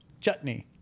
Chutney